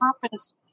purpose